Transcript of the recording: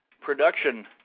production